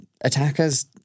attackers